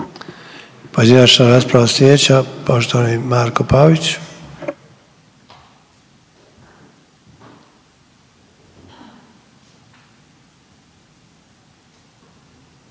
Pojedinačna rasprava sljedeća, poštovani Marko Pavić.